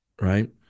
Right